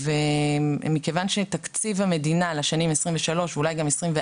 ומכיוון שתקציב המדינה לשנים 2023 ואולי גם 2024,